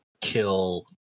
kill